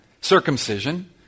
circumcision